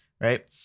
right